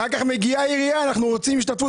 אחר כך מגיעה העירייה: רוצים השתתפות